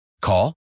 Call